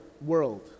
world